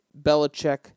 Belichick